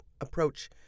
approach